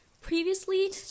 Previously